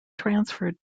transferred